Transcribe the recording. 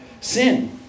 sin